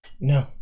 no